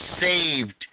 saved